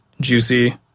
juicy